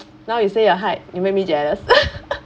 now you say your height you make me jealous